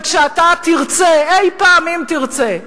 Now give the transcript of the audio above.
וכשאתה תרצה אי-פעם, אם תרצה,